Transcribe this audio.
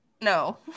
No